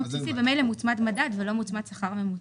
הבסיסי ממילא מוצמד מדד ולא מוצמד שכר ממוצע.